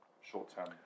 short-term